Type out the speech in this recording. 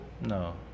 no